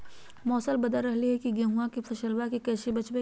मौसम बदल रहलै है गेहूँआ के फसलबा के कैसे बचैये?